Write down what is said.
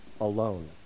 Alone